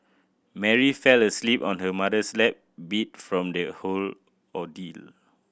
Mary fell asleep on her mother's lap beat from the whole ordeal